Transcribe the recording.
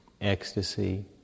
ecstasy